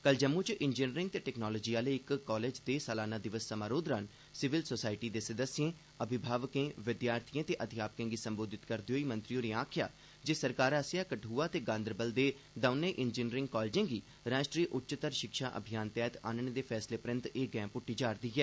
कल जम्मू च इंजीनियरिंग ते टेक्नोलाजी आह्ले इक कालेज दे सलाना दिवस समारोह दौरान सिविल सोसायटी दे सदस्यें अभिभावकें विद्यार्थिएं ते अध्यापकें गी संबोधित करदे होई मंत्री होरें आखेआ जे सरकार आसेआ कठुआ ते गांदरबल दे दौनें इंजीनियरिंग कालेजें गी राष्ट्रीय उच्चतर शिक्षा अभियान तैह्त आह्नने दे फैसले परैन्त एह गैंह पुद्टी जा'रदी ऐ